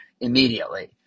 immediately